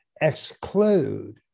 exclude